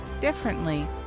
differently